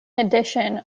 addition